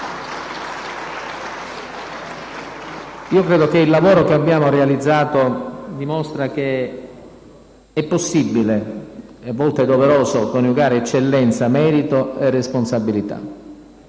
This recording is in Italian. Credo che il lavoro che abbiamo realizzato dimostri che è possibile, e a volte è doveroso, coniugare eccellenza, merito e responsabilità.